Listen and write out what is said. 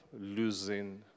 losing